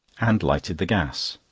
and lighted the gas.